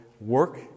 work